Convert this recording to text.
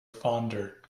fonder